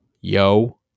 yo